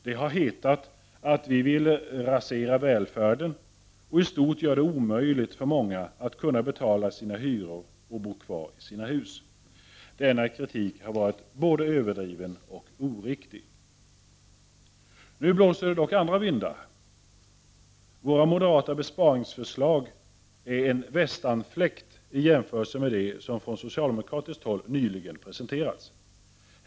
Det har hetat att vi ville rasera välfärden och i stort göra det omöjligt för många att kunna betala sina hyror och bo kvar i sina hus. Denna kritik har varit överdriven och oriktig. Nu blåser det dock andra vindar. Våra moderata besparingsförslag är en västanfläkt i jämförelse med det som från socialdemokratiskt håll nyligen presenterats.